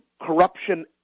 corruption